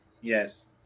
Yes